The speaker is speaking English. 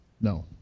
no